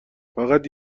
فقط